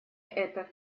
это